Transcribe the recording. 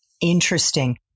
Interesting